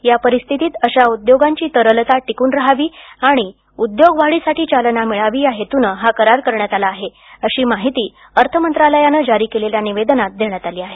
या परिस्थितीत अशा उद्योगांची तरलता टिकून रहावी आणि उद्योगवाढीसाठी चालना मिळावी या हेतूनं हा कारार करण्यात आला आहे अशी माहिती अर्थमंत्रालयानं जारी केलेल्या निवेदनात देण्यात आली आहे